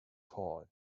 call